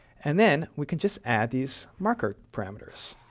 and then we can just add these marker parameters.